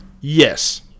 Yes